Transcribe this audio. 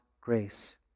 grace